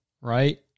right